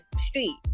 street